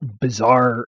bizarre